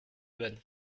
bonne